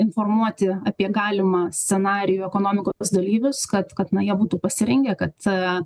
informuoti apie galimą scenarijų ekonomikos dalyvius kad kad na jie būtų pasirengę kad